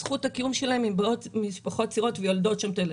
זכות הקיום שלהם אם באות משפחות צעירות ויולדות שם את הילדים.